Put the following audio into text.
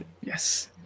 yes